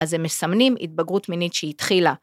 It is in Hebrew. אז הם מסמנים התבגרות מינית שהתחילה.